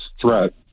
threat